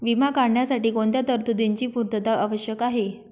विमा काढण्यासाठी कोणत्या तरतूदींची पूर्णता आवश्यक आहे?